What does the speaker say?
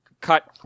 cut